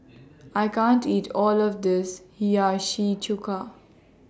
I can't eat All of This Hiyashi Chuka